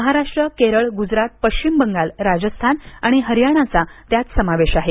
महाराष्ट्र केरळ गुजरात पाश्विम बंगाल राजस्थान आणि हरियाणाचा त्यात समावेश आहे